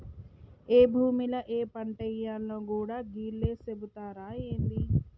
ఏ భూమిల ఏ పంటేయాల్నో గూడా గీళ్లే సెబుతరా ఏంది?